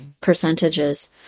percentages